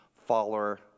follower